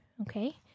Okay